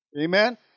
Amen